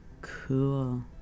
Cool